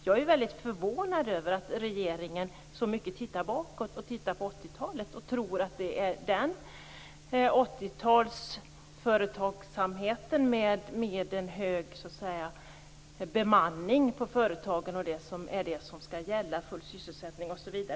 Jag är förvånad över att regeringen tittar så mycket bakåt, på 80-talet, och tror att det är 80 talsföretagsamheten, med en hög bemanning på företagen, full sysselsättning osv., som är det som skall gälla.